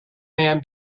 man